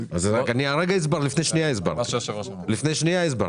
לפני שנייה הסברתי.